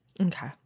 Okay